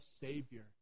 savior